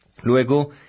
luego